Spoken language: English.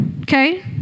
okay